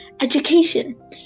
Education